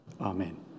Amen